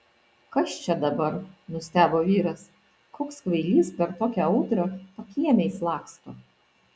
kas čia dabar nustebo vyras koks kvailys per tokią audrą pakiemiais laksto